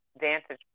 vantage